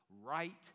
right